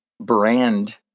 brand